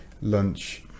lunch